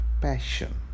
passion